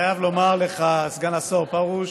אני חייב לומר לך, סגן השר פרוש,